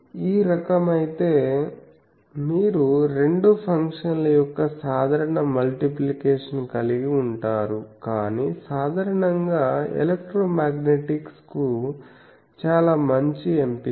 కాబట్టి ఈ రకం అయితే మీరు రెండు ఫంక్షన్ల యొక్క సాధారణ మల్టిప్లికేషన్ కలిగి ఉంటారు కాని సాధారణంగా ఎలెక్ట్రోమాగ్నెటిక్స్ కు చాలా మంచి ఎంపిక